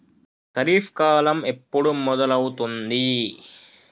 ఖరీఫ్ కాలం ఎప్పుడు మొదలవుతుంది?